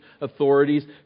authorities